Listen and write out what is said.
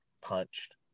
punched